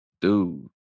Dude